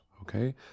okay